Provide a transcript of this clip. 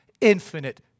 infinite